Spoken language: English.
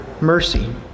mercy